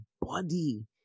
body